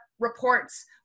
Reports